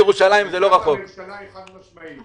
יש לי סגן מדהים והוא מייצג אותי באופן מלא.